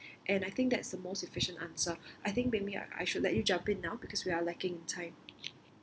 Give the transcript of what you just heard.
and I think that's the most efficient answer I think maybe I should let you jump in now because we are lacking time